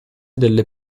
della